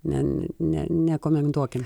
ne ne nekomentuokim